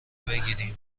بگیریم